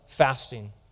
fasting